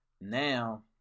now